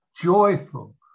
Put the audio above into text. joyful